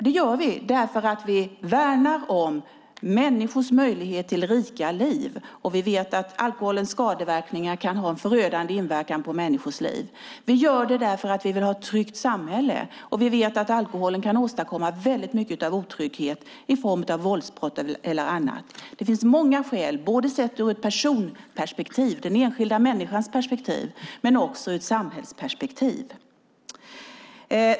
Det gör vi för att vi värnar om människors möjlighet till ett rikt liv; vi vet att alkoholens skadeverkningar kan ha en förödande inverkan på människors liv. Vi gör det för att vi vill ha ett tryggt samhälle, och vi vet att alkoholen kan åstadkomma stor otrygghet i form av våldsbrott och annat. Det finns många skäl, både sett ur ett personperspektiv, den enskilda människans perspektiv, och ur ett samhällsperspektiv.